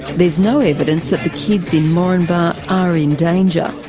there's no evidence that the kids in moranbah are in danger,